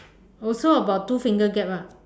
also about two finger gap ah